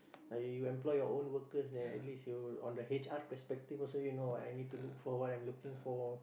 like you employ your own workers then at least you on the H_R perspective also you know what I need to look for what I'm looking for